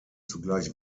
zugleich